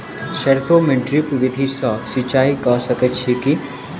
सैरसो मे ड्रिप विधि सँ सिंचाई कऽ सकैत छी की?